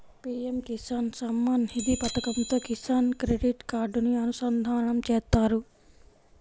PM Kisan Samman Nidhi పథకంతో Kisan credit కార్డుని అనుసంధానం చేత్తారు